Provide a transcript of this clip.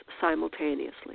simultaneously